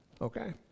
okay